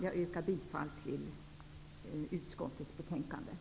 Jag yrkar bifall till utskottets hemställan.